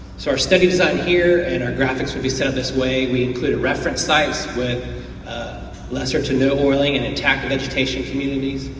so our studies out here and our graphics will be set this way, we include reference sites with lesser to no oiling and attack vegetation communities,